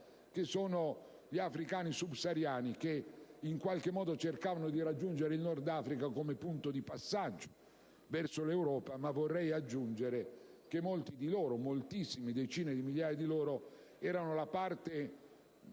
degli africani subsahariani, che cercavano di raggiungere il Nord Africa come punto di passaggio verso l'Europa. E vorrei aggiungere che molti di loro, decine di migliaia di loro, erano la parte